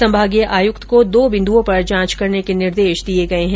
संभागीय आयुक्त को दो बिन्द्रओं पर जांच करने के निर्देश दिये है